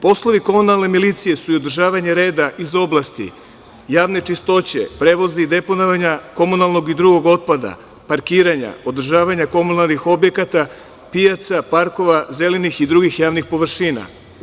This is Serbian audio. Poslovi komunalne milicije su i održavanje reda iz oblasti javne čistoće, prevoza i deponovanja komunalnog i drugog otpada, parkiranja, održavanja komunalnih objekata, pijaca, parkova, zelenih i drugih javnih površina.